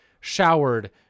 showered